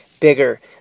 bigger